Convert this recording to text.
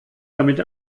damit